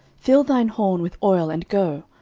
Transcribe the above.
fill thine horn with oil, and go,